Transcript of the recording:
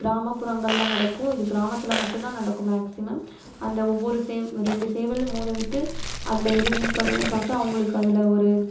கிராமப்புறங்களில் நடக்கும் இது கிராமத்தில் மட்டும்தான் நடக்கும் மேக்ஸிமம் அந்த ஒவ்வொரு சே ரெண்டு சேவலை மோத விட்டு அதில் எது வின் பண்ணுதுன்னு பார்த்து அவங்களுக்கு அதில் ஒரு